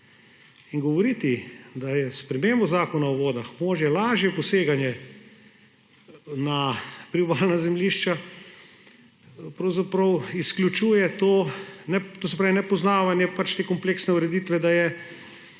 In govoriti, da je s spremembo Zakona o vodah lažje poseganje na priobalna zemljišča, pravzaprav izključuje to – to se pravi, nepoznavanje te kompleksne ureditve, da je